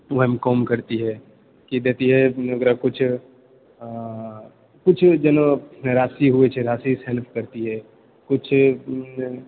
ओएहमे काम करतिऐ कि देतिऐ ओकरा किछु किछु जेना राशि होइ छै राशिसँ हेल्प करतिऐ किछु